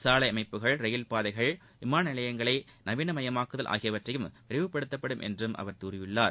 சாலை அமைப்புகள் ரயில் பாதைகள் விமான நிலையங்களை நவீன மயமாக்குதல் ஆகியவையும் விரைவுப்படுத்தப்படும் என்றும் அவர் கூறியிருக்கிறார்